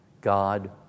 God